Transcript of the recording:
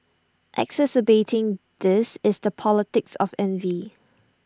exacerbating this is the politics of envy